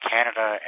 Canada